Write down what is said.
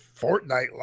Fortnite